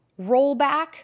rollback